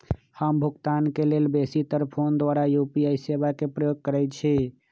हम भुगतान के लेल बेशी तर् फोन द्वारा यू.पी.आई सेवा के प्रयोग करैछि